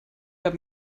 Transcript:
der